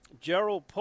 Gerald